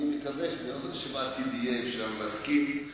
אני מקווה מאוד שבעתיד אפשר יהיה להסכים.